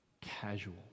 casual